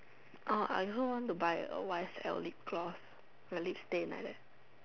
orh I also want to buy a white set of lip gloss lip stain like that